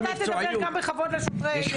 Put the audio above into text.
תדבר גם בכבוד לשוטרי משטרת ישראל.